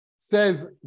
Says